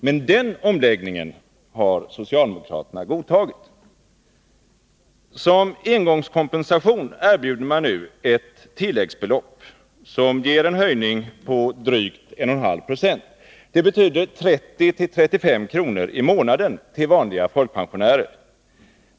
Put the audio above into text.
Men den omläggningen har socialdemokraterna godtagit. Som engångskompensation erbjuder man nu ett tilläggsbelopp som ger en höjning på drygt 1,5 96. Det betyder 30-35 kr. i månaden till vanliga folkpensionärer.